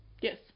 Yes